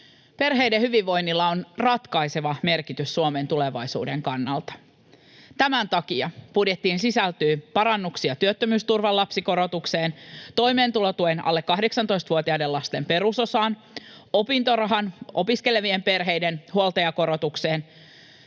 Perheiden hyvinvoinnilla on ratkaiseva merkitys Suomen tulevaisuuden kannalta. Tämän takia budjettiin sisältyy parannuksia työttömyysturvan lapsikorotukseen, toimeentulotuen alle 18-vuotiaiden lasten perusosaan, opintorahan opiskelevien perheiden huoltajakorotukseen